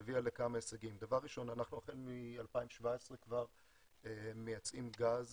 שהביאה לכמה הישגים: 1. החל מ-2017 אנחנו מייצאים גז